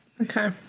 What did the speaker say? Okay